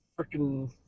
freaking